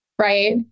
right